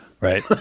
Right